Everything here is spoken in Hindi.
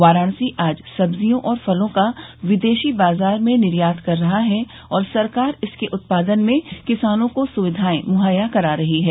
वाराणसी आज सब्जियों और फलों का विदेशी बाजार में निर्यात कर रहा है और सरकार इसके उत्पादन में किसानों को सुविधाएं मुहैया करा रही है